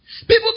People